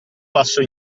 passo